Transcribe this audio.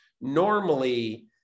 Normally